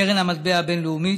קרן המטבע הבין-לאומית,